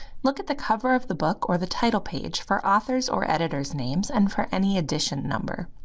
look at the cover of the book or the title page for authors or editors' names, and for any edition number.